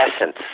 essence